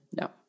No